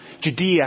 Judea